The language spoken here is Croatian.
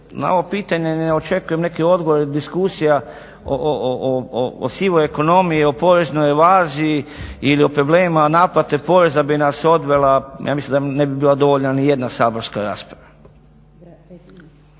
Na ovo pitanje ne očekujem neki odgovor jer diskusija o sivoj ekonomiji, o poreznoj evaziji ili o problemima naplate poreza bi nas odvela ja mislim da ne bi bila dovoljna ni jedna saborska rasprava.